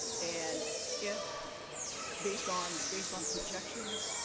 and if based on based on projections,